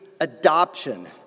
Adoption